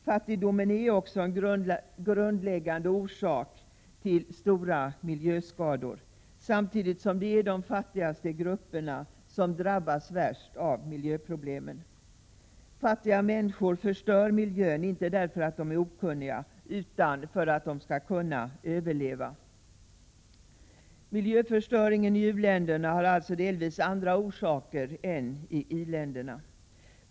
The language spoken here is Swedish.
Fattigdomen är också en grundläggande orsak till stora miljöskador, samtidigt som det är de fattigaste grupperna som drabbas värst av miljöproblemen. Fattiga människor förstör miljön inte därför att de är okunniga utan för att kunna överleva. Miljöförstöringen i u-länderna har alltså delvis andra orsaker än i i-länderna.